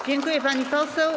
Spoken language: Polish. Dziękuję, pani poseł.